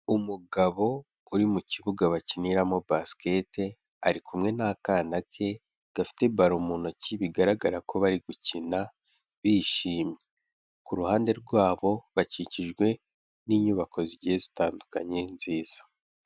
Umugabo uri mu kibuga bakiniramo basikete ari kumwe n'akana ke gafite balo mu ntoki bigaragara ko bari gukina bishimye. Ku ruhande rwabo bakikijwe n'inyubako zigiye zitandukanye nziza.